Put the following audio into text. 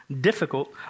difficult